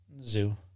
zoo